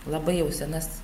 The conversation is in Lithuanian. labai jau senas